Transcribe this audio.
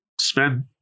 spend